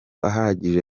ahagije